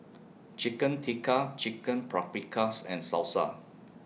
Chicken Tikka Chicken Paprikas and Salsa